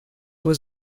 was